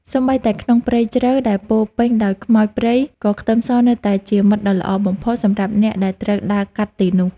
សូម្បីតែក្នុងព្រៃជ្រៅដែលពោរពេញដោយខ្មោចព្រៃក៏ខ្ទឹមសនៅតែជាមិត្តដ៏ល្អបំផុតសម្រាប់អ្នកដែលត្រូវដើរកាត់ទីនោះ។